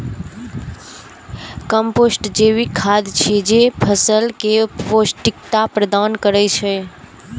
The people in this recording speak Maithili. कंपोस्ट जैविक खाद छियै, जे फसल कें पौष्टिकता प्रदान करै छै